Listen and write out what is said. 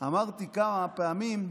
אמרתי כמה פעמים,